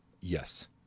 Yes